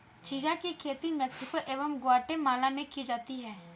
chia की खेती Mexico एवं ग्वाटेमाला में की जाती है